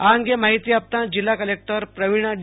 આ અંગે માહિતી આપતા જીલ્લા કલેકટર પ્રવીણ ડી